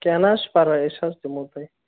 کیٚنٛہہ نہَ حظ چھُ پَرواے أسۍ حظ دِمو تۄہہِ